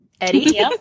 Eddie